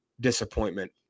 disappointment